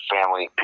Family